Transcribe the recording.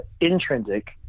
intrinsic